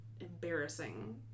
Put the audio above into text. embarrassing